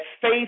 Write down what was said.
faith